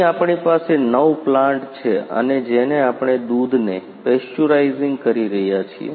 અહીં આપણી પાસે નવ પ્લાન્ટ છે અને જેને આપણે દૂધને પેસચ્યુરાઇઝિંગ કરી રહ્યા છીએ